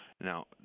now